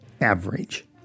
average